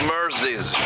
Mercies